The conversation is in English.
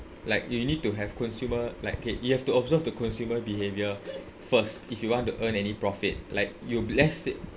like you need to have consumer like it you have to observe the consumer behaviour first if you want to earn any profit like you bless it